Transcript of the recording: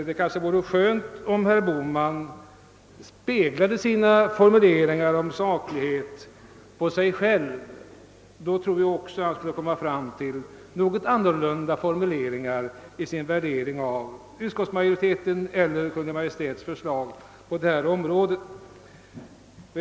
Det vore väl om herr Bohman speglade sina formuleringar om saklighet på sig själv — då tror jag att också han skulle använda något andra formuleringar i sin värdering av utskottsmajoritetens eller Kungl. Maj:ts förslag på detta område.